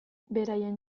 beraien